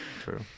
True